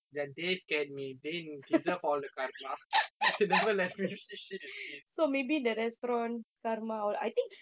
ya they scared me they deserve all the karma